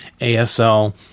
ASL